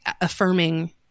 affirming